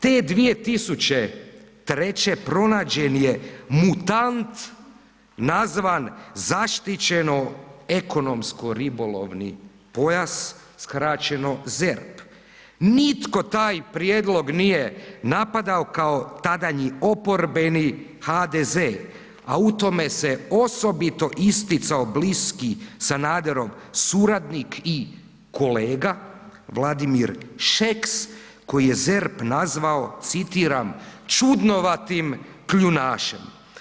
Te 2003. pronađen je mutant nazvan zaštićeno ekonomsko ribolovni pojas, skraćeno ZERP, nitko taj prijedlog nije napadao kao tadanji oporbeni HDZ, a u tome se osobito isticao bliski Sanaderov suradnik i kolega Vladimir Šeks koji je ZERP nazvao, citiram „čudnovatim kljunašem“